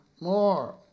more